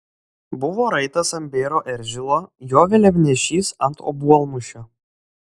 buvo raitas ant bėro eržilo jo vėliavnešys ant obuolmušio